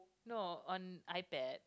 no on iPad